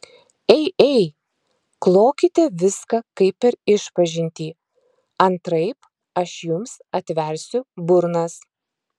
ei ei klokite viską kaip per išpažintį antraip aš jums atversiu burnas